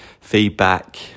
feedback